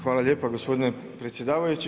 Hvala lijepo gospodine predsjedavajući.